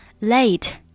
late